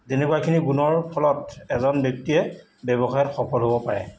তেনেকুৱাখিনি গুণৰ ফলত এজন ব্যক্তিয়ে ব্যৱসায়ত সফল হ'ব পাৰে